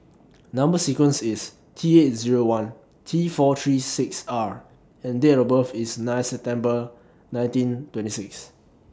Number sequence IS T eight Zero one T four three six R and Date of birth IS nine September nineteen twenty six